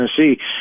Tennessee